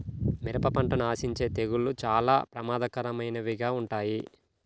మిరప పంటను ఆశించే తెగుళ్ళు చాలా ప్రమాదకరమైనవిగా ఉంటాయి